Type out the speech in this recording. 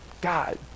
God